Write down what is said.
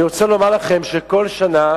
אני רוצה לומר לכם שבכל שנה